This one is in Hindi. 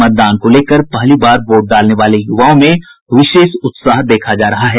मतदान को लेकर पहली बार वोट डालने वाले युवाओं में विशेष उत्साह देखा जा रहा है